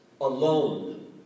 alone